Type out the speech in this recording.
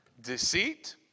deceit